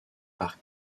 par